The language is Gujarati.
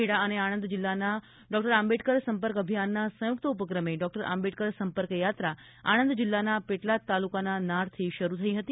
ખેડા અને આણંદ જિલ્લાના ડોક્ટર આંબેડકર સંપર્ક અભિયાનના સંયુક્ત ઉપક્રમે ડોક્ટર આંબેડકર સંપર્ક યાત્રા આણંદ જિલ્લાના પેટલાદ તાલુકાના નારથી શરૂ થઈ હતી